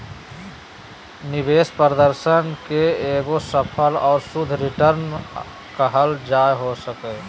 निवेश प्रदर्शन के एगो सकल और शुद्ध रिटर्न कहल जा सको हय